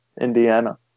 Indiana